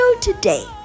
today